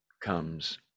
comes